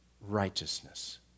Righteousness